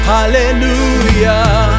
Hallelujah